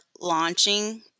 launching